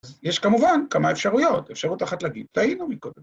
יש כמובן כמה אפשרויות, אפשרות אחת להגיד, טעינו מקודם.